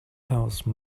house